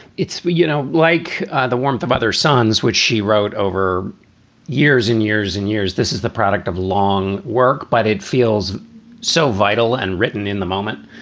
it's you know like the warmth of other suns, which she wrote over years and years and years. this is the product of long work, but it feels so vital and written in the moment.